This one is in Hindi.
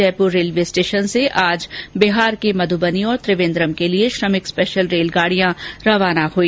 जयपुर रेलवे स्टेशन से आज बिहार के मधुबनी और त्रिवेन्द्रम के लिए श्रमिक स्पेशल रेलगाड़ियां रवाना हुई